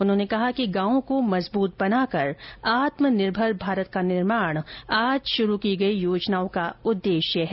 उन्होंने कहा कि गांवों को मजबूत बनाकर आत्मनिर्भर भारत का निर्माण आज शुरू की गई योजनाओं का उददेश्य है